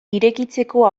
irekitzeko